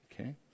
Okay